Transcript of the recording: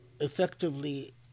effectively